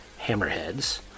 Hammerheads